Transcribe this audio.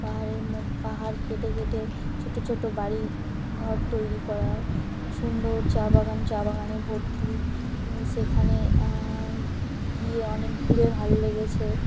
পাহাড়ের মো পাহাড় কেটে কেটে ছোটো ছোটো বাড়ি ঘর তৈরি করা সুন্দর চা বাগান চা বাগানে ভর্তি সেখানে গিয়ে অনেক ঘুরে ভালো লেগেছে